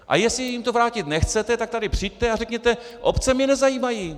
A jestli jim to vrátit nechcete, tak sem přijďte a řekněte obce mě nezajímají!